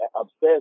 obsessed